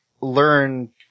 learn